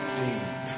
deep